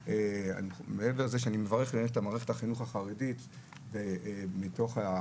מעבר לזה שאני מברך את מערכת החינוך החרדית על ההיערכות.